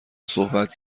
صحبت